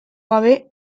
gabe